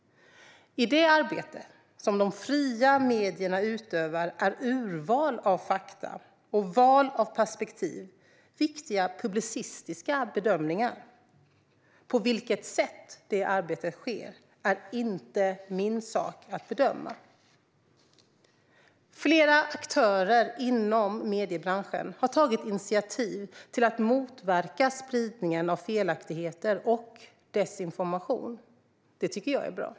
I det arbete som de fria medierna utövar är urval av fakta och val av perspektiv viktiga publicistiska bedömningar. På vilket sätt det arbetet sker är inte min sak att bedöma. Flera aktörer inom mediebranschen har tagit initiativ till att motverka spridningen av felaktigheter och desinformation. Det tycker jag är bra.